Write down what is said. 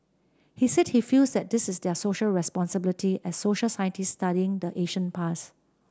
he said he feels that this is their Social Responsibility as social scientists studying the ancient past